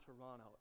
Toronto